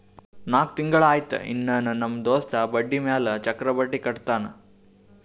ನಾಕ್ ತಿಂಗುಳ ಆಯ್ತು ಇನ್ನಾನೂ ನಮ್ ದೋಸ್ತ ಬಡ್ಡಿ ಮ್ಯಾಲ ಚಕ್ರ ಬಡ್ಡಿ ಕಟ್ಟತಾನ್